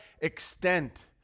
extent